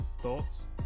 Thoughts